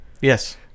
Yes